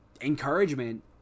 encouragement